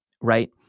right